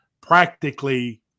practically